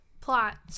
plot